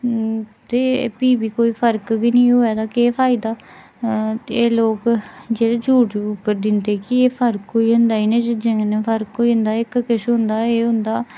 ते फ्ही बी कोई फर्क बी निं होवै ते केह् फायदा ते एह् लोक जेह्ड़े जवाब जूब दिंदे ते फर्क होई जंदा इनें चीजें कन्नै फर्क होई जंदा इक किश होंदा